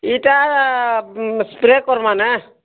ଇଟା ସ୍ପ୍ରେ କର୍ମା ନା